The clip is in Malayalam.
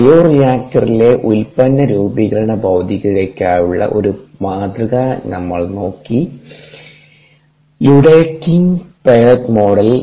ബയോറിയാക്ടറിലെ ഉൽപന്ന രൂപീകരണ ഭൌതികതയ്ക്കായുള്ള ഒരു മാതൃക ഞങ്ങൾ നോക്കി ല്യൂഡെക്കിംഗ് പൈററ്റ് മോഡൽ